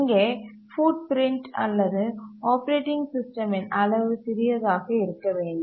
இங்கே பூட்பிரிண்ட் அல்லது ஆப்பரேட்டிங் சிஸ்டமின் அளவு சிறியதாக இருக்க வேண்டும்